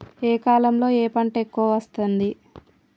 ఏ కాలంలో ఏ పంట ఎక్కువ వస్తోంది?